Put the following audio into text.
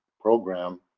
program